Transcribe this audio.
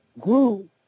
grew